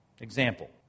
Example